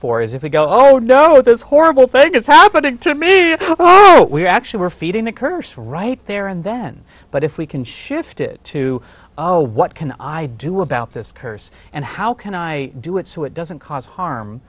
for is if we go oh no it's horrible thing it's happening to me we're actually we're feeding the curse right there and then but if we can shift it to oh what can i do about this curse and how can i do it so it doesn't cause harm